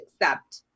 accept